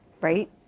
right